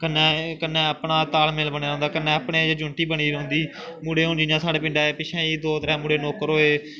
कन्नै कन्नै अपने च तालमेल बने दा रौंह्दा कन्नै अपने च यूनिटी बनी दी रौंह्दी मुड़े हून जियां साढ़ै पिंडे दे पिच्छें जेही दो त्रै मुड़े नौकर होए